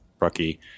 rookie